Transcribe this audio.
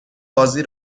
بازی